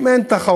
אם אין תחרות